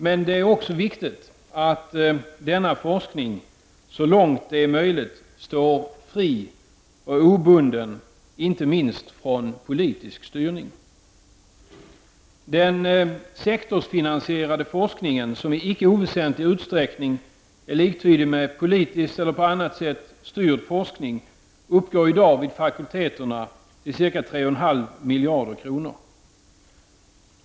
Men det är också viktigt att denna forskning, så långt det är möjligt, står fri och obunden inte minst från politisk styrning. Den sektorsfinansierade forskningen, som i icke oväsentlig utsträckning är liktydig med politiskt eller på annat sätt styrd forskning, uppgår i dag vid fakulteterna till ca 3,5 miljarder kronor.